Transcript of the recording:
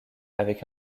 avec